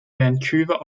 vancouver